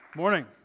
Morning